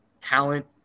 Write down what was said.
talent